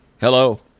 Hello